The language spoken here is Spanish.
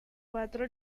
cuatro